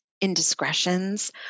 indiscretions